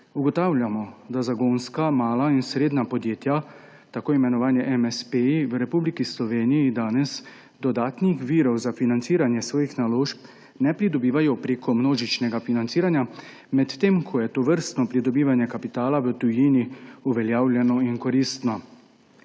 Ugotavljamo, da zagonska mala in srednja podjetja, tako imenovani MSP, v Republiki Sloveniji danes dodatnih virov za financiranje svojih naložb ne pridobivajo prek množičnega financiranja, medtem ko je tovrstno pridobivanje kapitala v tujini uveljavljeno in koristno.